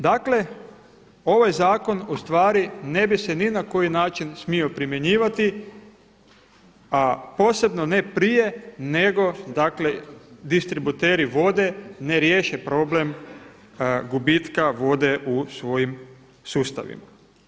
Dakle, ovaj zakon ustvari ne bi se ni na koji način smio primjenjivati a posebno ne prije nego dakle distributeri vode ne riješen problem gubitka vode u svojim sustavima.